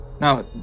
Now